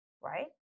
right